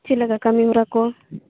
ᱪᱮᱫ ᱞᱮᱠᱟ ᱠᱟᱹᱢᱤ ᱦᱚᱨᱟ ᱠᱚ